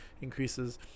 increases